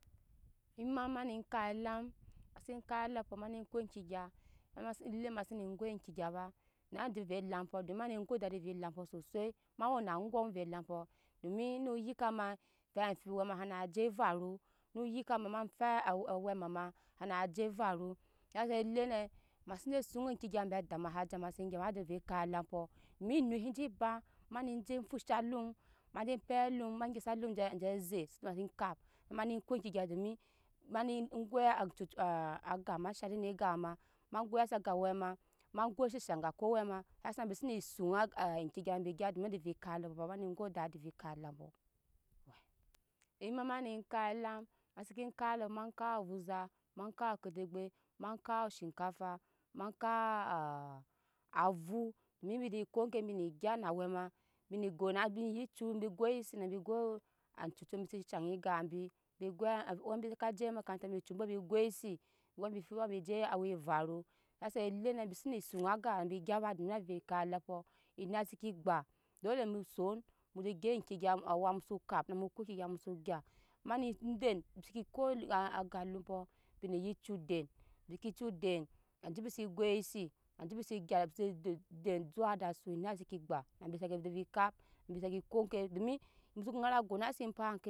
Ema ma ne kap elam mase kap emapɔ ma ne ko eŋke gya ame sele maase ne goi eŋke gya ame se le mase ne goi eŋke gya ba na dove elampɔ dom mane go dadi ve ampɔ susui ma wena aŋgɔm ve lampɔ domi no yika ma fai amfibi we ma sena je evaru no yike mama fai awɛ mama san je avaru ha shaŋ lene mase je suŋ edke gya embe adama sa je ma se gya ba nada ve kap elampɔ domi enui se je ba mane je fosha alum ma ne je pei luum ma gyisa alum aje je ze mase kap mani ko eŋke gya domi mane goi acucu aa aga ma shari eme gap ma ma goise aga wɛ ma ma goise she ga kowɛ ma hasa embi sena suŋa a eŋke gya embi gya dom na do ve kap elambi mane go dadi ve kap elampɔ ema ma ne kap elam ma seke kap emapɔ ma vɔza ma kap kede kpɛ ma kap shikafa ma kap avɔ domi bini ko ke bini gya na awɛ ma bini gona bini ye curi goise na bi go acoco bise saŋ ne gap bir bi goi awɛ bi saka je emakarata bi cu bu bi goise we bi fubu bi je awe varu hasa lene embi sene suŋa aga bi gya ba dom ada ve kap elampɔ enai sike kpɛ dole mu son mu ju gyap eŋke gya mu so gya ma ne den bisake ko ega lumpɔ bi ne ye cuden bise ke cu den aje bise goise aje bise gya bise den suwa da suu enai sike gbe nabe seke kap na bi seke gbe nabe seke kap nabi seke go eŋke domi mu soko ŋara gana set paa ke